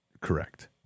correct